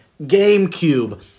GameCube